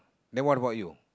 then what about you